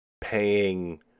paying